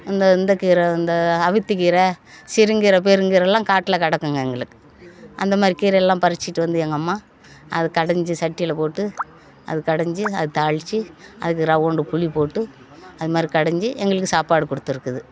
இந்த இந்த கீரை இந்த அவித்திக்கீரை சிறுங்கீரைர பெருங்கீரைலாம் காட்டில கிடக்குங்க எங்களுக்கு அந்தமாதிரி கீரைலாம் பறிச்சிகிட்டு வந்து எங்கம்மா அது கடைஞ்சி சட்டியில போட்டு அது கடைஞ்சி அது தாலித்து அதுக்கு ரவுண்டு குழிபோட்டு அதுமாதிரி கடைஞ்சி எங்களுக்கு சாப்பாடு கொடுத்துருக்குது